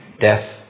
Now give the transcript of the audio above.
death